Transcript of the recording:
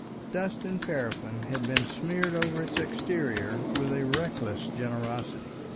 dust and paraffin had been smeared over its exterior with a reckless generosity.